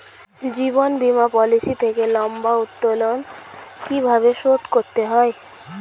জীবন বীমা পলিসি থেকে লম্বা উত্তোলন কিভাবে শোধ করতে হয়?